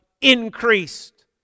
increased